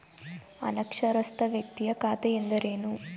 ಅನಕ್ಷರಸ್ಥ ವ್ಯಕ್ತಿಯ ಖಾತೆ ಎಂದರೇನು?